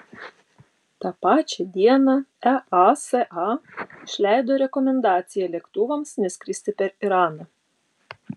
tą pačią dieną easa išleido rekomendaciją lėktuvams neskristi per iraną